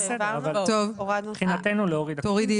בסדר, נוריד את